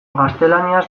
gaztelaniaz